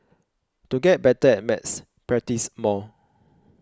to get better at maths practise more